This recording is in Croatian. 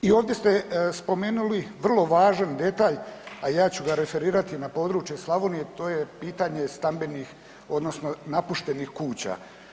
I ovdje ste spomenuli vrlo važan detalj, a ja ću ga referirati na područje Slavonije, to je pitanje stambenih odnosno napuštanih kuća.